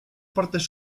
partes